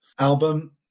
album